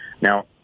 Now